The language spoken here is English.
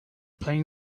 playing